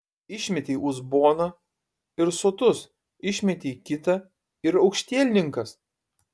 išmetei uzboną ir sotus išmetei kitą ir aukštielninkas